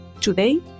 Today